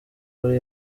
uri